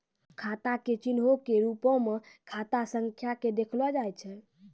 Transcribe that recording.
खाता के चिन्हो के रुपो मे खाता संख्या के देखलो जाय छै